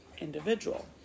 individual